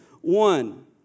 one